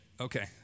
Okay